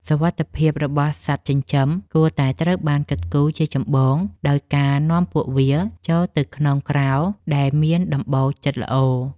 សុវត្ថិភាពរបស់សត្វចិញ្ចឹមគួរតែត្រូវបានគិតគូរជាចម្បងដោយការនាំពួកវាចូលទៅក្នុងក្រោលដែលមានដំបូលជិតល្អ។